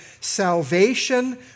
salvation